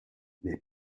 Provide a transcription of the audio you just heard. nei